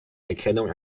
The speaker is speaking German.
erkennung